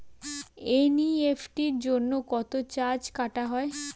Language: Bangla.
এন.ই.এফ.টি জন্য কত চার্জ কাটা হয়?